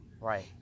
right